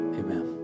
amen